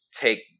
take